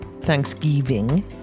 Thanksgiving